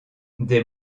des